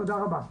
תודה רבה.